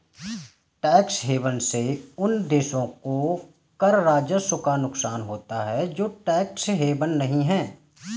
tax haven से उन देशों को कर राजस्व का नुकसान होता है जो टैक्स हेवन नहीं हैं